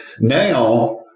Now